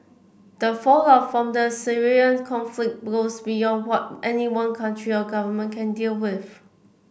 the fallout from the Syrian conflict goes beyond what any one country or government can deal with